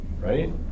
Right